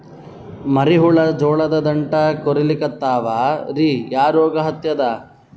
ಮರಿ ಹುಳ ಜೋಳದ ದಂಟ ಕೊರಿಲಿಕತ್ತಾವ ರೀ ಯಾ ರೋಗ ಹತ್ಯಾದ?